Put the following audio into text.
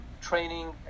training